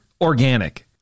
organic